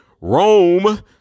Rome